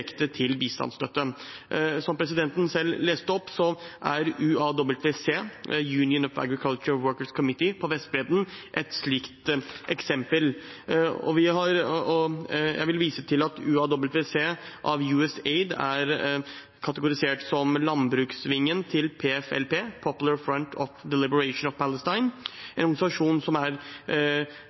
bistandsstøtte. Som det kom fram av interpellasjonsteksten presidenten leste opp, er UAWC – Union of Agricultural Work Committees – på Vestbredden et slikt eksempel. Jeg vil vise til at UAWC av USAID er kategorisert som landbruksvingen til PFLP – Popular Front for the Liberation of Palestine – en organisasjon som er